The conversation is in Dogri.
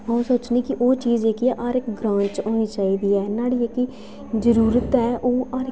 ओह् सोचने कि ओह् चीज़ जेह्की ऐ हर ग्रांऽ च होनी चाहिदी ऐ न्हाड़ी इक्क जरूरत ऐ ओह् हर इक्क